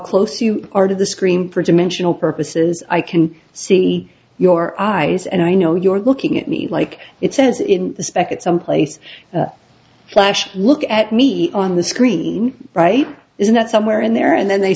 close you are to the screen for dimensional purposes i can see your eyes and i know you're looking at me like it says in the spec at some place flash look at me on the screen right is not somewhere in there and then they